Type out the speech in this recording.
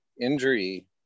injury